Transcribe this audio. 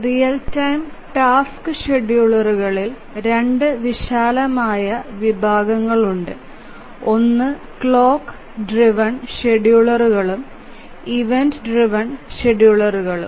real time task ഷെഡ്യൂളറുകളിൽ രണ്ട് വിശാലമായ വിഭാഗങ്ങളുണ്ട് ഒന്ന് ക്ലോക്ക് ഡ്രൈവ്എൻ ഷെഡ്യൂളറുകളും ഇവന്റ് ഡ്രൈവ്എൻ ഷെഡ്യൂളറുകളും